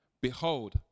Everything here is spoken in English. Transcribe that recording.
Behold